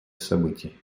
событий